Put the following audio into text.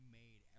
made